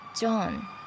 John